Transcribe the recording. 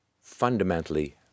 fundamentally